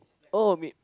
oh